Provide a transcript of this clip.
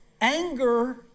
anger